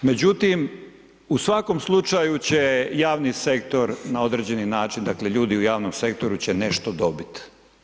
Međutim, u svakom slučaju će javni sektor na određeni način, dakle ljudi u javnom sektoru će nešto dobiti.